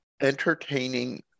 entertaining